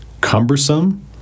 Cumbersome